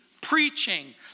preaching